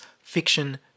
fiction